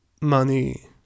money